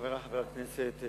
חברי חברי הכנסת,